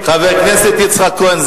חבר הכנסת יצחק כהן,